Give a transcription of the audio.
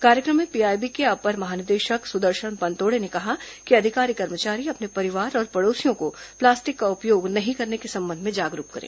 कार्यक्रम में पीआईबी के अपर महानिदेशक सुदर्शन पनतोड़े ने कहा कि अधिकारी कर्मचारी अपने परिवार और पड़ोसियों को प्लास्टिक का उपयोग नहीं करने के संबंध में जागरूक करें